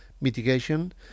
mitigation